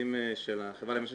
במכרזים של החברה למשק